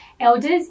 Elders